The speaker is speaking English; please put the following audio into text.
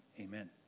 amen